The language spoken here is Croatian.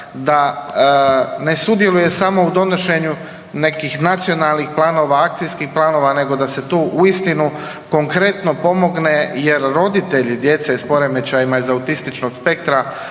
da ne sudjeluje samo u donošenju nekih nacionalnih planova, akcijskih planova nego da se to uistinu konkretno pomogne jer roditelji djece s poremećajima iz autističnog spektra